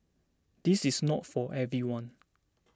this is not for everyone